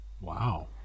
Wow